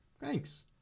Thanks